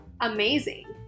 amazing